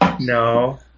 No